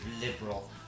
liberal